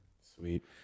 Sweet